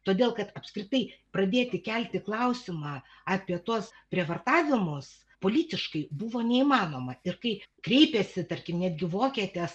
todėl kad apskritai pradėti kelti klausimą apie tuos prievartavimus politiškai buvo neįmanoma ir kai kreipėsi tarkim netgi vokietės